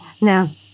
Now